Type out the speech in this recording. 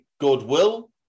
goodwill